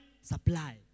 supply